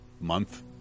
month